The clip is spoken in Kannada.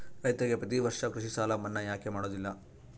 ರೈತರಿಗೆ ಪ್ರತಿ ವರ್ಷ ಕೃಷಿ ಸಾಲ ಮನ್ನಾ ಯಾಕೆ ಮಾಡೋದಿಲ್ಲ?